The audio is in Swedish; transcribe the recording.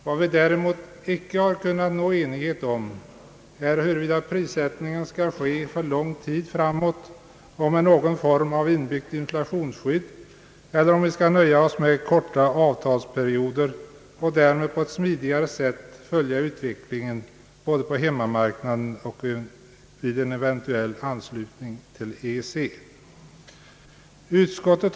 Vad vi däremot icke har kunnat nå enighet om är huruvida prissättningen skall ske för lång tid framåt och med någon form av inbyggt inflationsskydd eller om vi skall nöja oss med korta avtalsperioder och därmed på ett smidigare sätt följa utvecklingen både på hemmamarknaden och vid en eventuell anslutning till EEC.